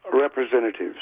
representatives